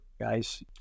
guys